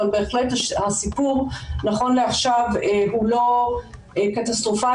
אבל בהחלט הסיפור נכון לעכשיו הוא לא קטסטרופלי,